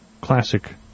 classic